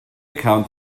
account